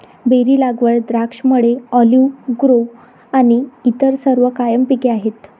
berry लागवड, द्राक्षमळे, olive grove आणि इतर सर्व कायम पिके आहेत